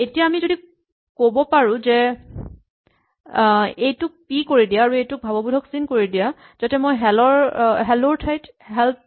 এতিয়া আমি যদি ক'ব পাৰো যে এইটোক পি কৰি দিয়া আৰু এইটোক ভাৱবোধক চিন কৰি দিয়া যাতে মই হেল্ল্ ৰ ঠাইত হেল্প